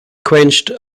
quenched